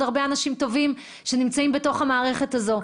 הרבה אנשים טובים שנמצאים בתוך המערכת הזו.